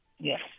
Yes